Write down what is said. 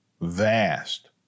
vast